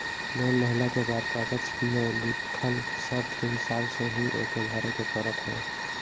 loan लेहला के बाद कागज में लिखल शर्त के हिसाब से ही ओके भरे के पड़त हवे